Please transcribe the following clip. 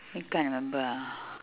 you can't remember ah